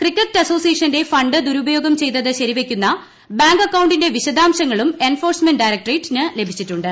cricket അസോസിയേഷന്റെ fund ദൂരുപയോഗം ചെയ്തത് ശരിവെയ്ക്കുന്ന ബാങ്ക് അക്കൌണ്ടിന്റെ വിശദാംശങ്ങളും എൻഫോഴ്സ്മെന്റ് ഡയക്ട്രേറ്റിന് ലഭിച്ചിട്ടുണ്ട്